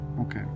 Okay